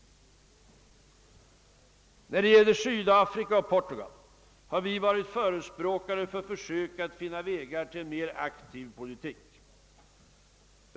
När det gäller Sydafrika och Portugal har vi varit förespråkare för försök att finna vägar till en mer aktiv politik.